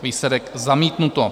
Výsledek: zamítnuto.